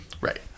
Right